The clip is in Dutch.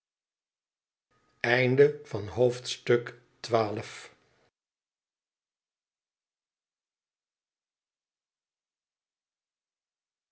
hoofdstuk van het